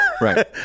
right